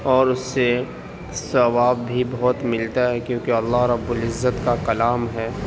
اور اس سے ثواب بھی بہت ملتا ہے کیونکہ اللہ رب العزت کا کلام ہے